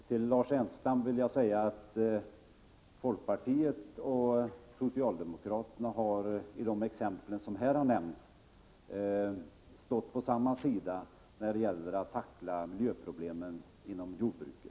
Till Lars Ernestam vill jag säga att folkpartiet och socialdemokraterna i de exempel som här har nämnts har stått på samma sida när det har gällt att tackla miljöproblemen inom jordbruket.